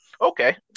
Okay